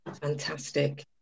fantastic